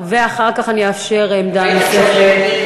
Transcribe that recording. ואחר כך אני אאפשר עמדה נוספת.